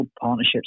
partnerships